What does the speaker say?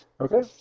Okay